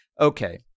Okay